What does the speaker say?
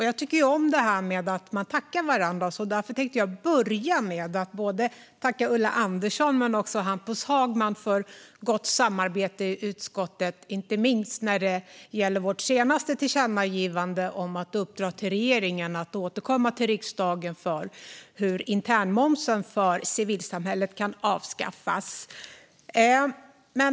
Jag tycker om detta att man tackar varandra, så därför tänker jag börja med att tacka både Ulla Andersson och Hampus Hagman för gott samarbete i utskottet, inte minst när det gäller vårt senaste förslag till tillkännagivande om att uppdra åt regeringen att återkomma till riksdagen med hur internmomsen för civilsamhället kan avskaffas.